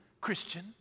Christian